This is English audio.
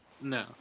No